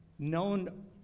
known